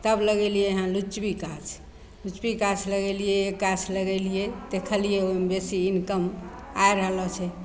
तब लगेलिए हइ लिच्ची गाछ लिच्ची गाछ लगेलिए एक गाछ लगेलिए देखलिए ओहिमे बेसी इनकम आइ रहलऽ छै